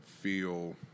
feel